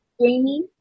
Jamie